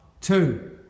two